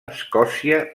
escòcia